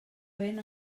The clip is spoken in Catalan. ben